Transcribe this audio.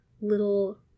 little